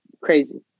crazy